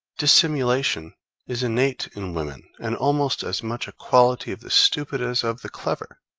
dissimulation is innate in woman, and almost as much a quality of the stupid as of the clever.